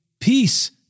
peace